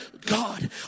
God